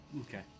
Okay